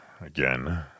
again